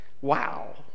wow